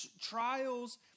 trials